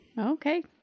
okay